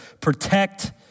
protect